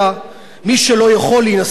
מי שלא יכול להינשא ברבנות,